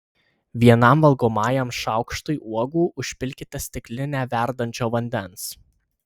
vienam valgomajam šaukštui uogų užpilkite stiklinę verdančio vandens